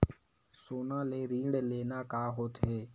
सोना ले ऋण लेना का होथे?